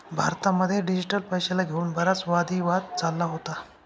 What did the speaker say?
भारतामध्ये डिजिटल पैशाला घेऊन बराच वादी वाद चालला होता